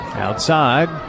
outside